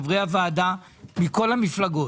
חברי הוועדה מכל המפלגות,